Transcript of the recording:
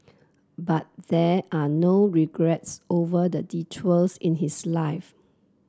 but there are no regrets over the detours in his life